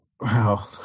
Wow